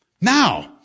Now